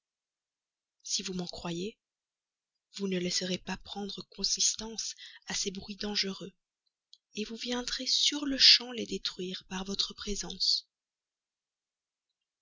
si vous m'en croyez vous ne laisserez pas prendre de consistance à ces bruits dangereux vous viendrez sur-le-champ les détruire par votre présence